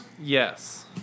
Yes